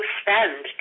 spend